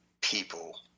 people